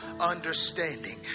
understanding